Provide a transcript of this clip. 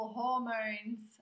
hormones